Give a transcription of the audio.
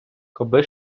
коби